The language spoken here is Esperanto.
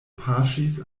paŝis